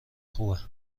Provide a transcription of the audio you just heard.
خوبه